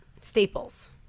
staples